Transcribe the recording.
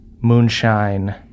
Moonshine